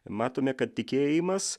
matome kad tikėjimas